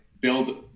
build